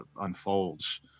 unfolds